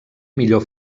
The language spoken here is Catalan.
millor